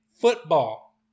football